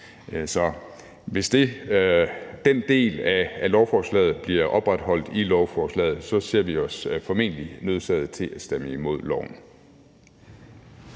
Så hvis den del af lovforslaget bliver opretholdt, ser vi os formentlig nødsaget til at stemme imod det.